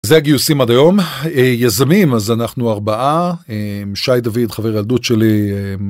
זה הגיוסים עד היום, יזמים אז אנחנו ארבעה, שי דוד חבר הילדות שלי..